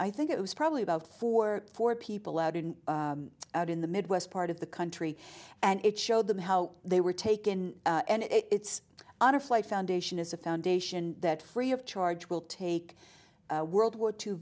i think it was probably about four or four people out in out in the midwest part of the country and it showed them how they were taken and it's on a flight foundation is a foundation that free of charge will take world war two